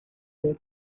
air